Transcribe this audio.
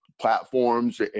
platforms